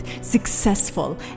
successful